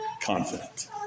confident